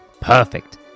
Perfect